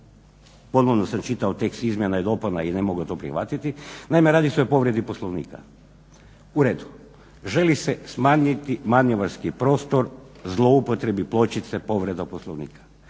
Pozorno sam čitao tekst izmjena i dopuna i ne mogu to prihvatiti. Naime, radi se o povredi Poslovnika, u redu, želi se smanjiti manevarski prostor zloupotrebi pločice povreda Poslovnika.